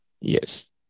Yes